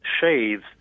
shades